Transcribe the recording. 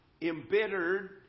embittered